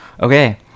Okay